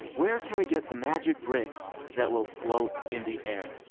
where can we get the magic bricks that will float in the air?